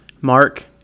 Mark